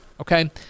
okay